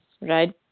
right